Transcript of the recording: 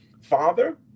Father